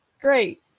Great